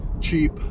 cheap